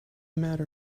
matter